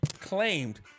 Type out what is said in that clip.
Claimed